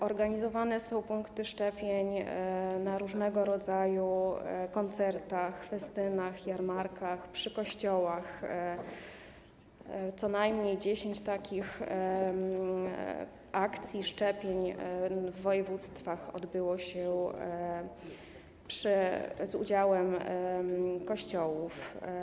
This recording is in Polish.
Organizowane są punkty szczepień na różnego rodzaju koncertach, festynach, jarmarkach, przy kościołach - co najmniej 10 takich akcji szczepień w województwach odbyło się z udziałem kościołów.